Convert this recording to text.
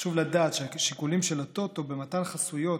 חשוב לדעת שהשיקולים של הטוטו במתן חסויות